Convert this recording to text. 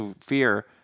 fear